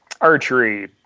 archery